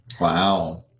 Wow